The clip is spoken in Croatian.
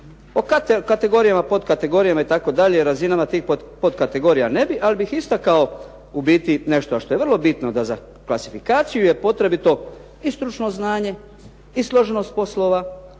O kategorijama i potkategorijama itd. i razinama tih potkategorija ne bih, ali bih istakao nešto što je u biti nešto što je vrlo bitno. Da za klasifikaciju je potrebito i stručno znanje i složenost poslova